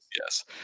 yes